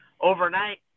overnight